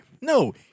No